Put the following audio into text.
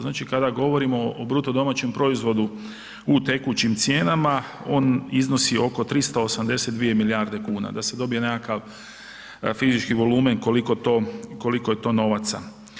Znači kada govorimo o bruto domaćem proizvodu u tekućim cijenama on iznosi oko 382 milijarde kuna da se dobije nekakav fizički volumen koliko to, koliko je to novaca.